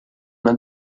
una